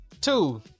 Two-